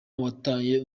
wataye